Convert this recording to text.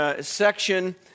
section